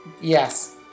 Yes